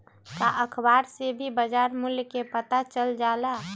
का अखबार से भी बजार मूल्य के पता चल जाला?